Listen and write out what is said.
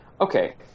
Okay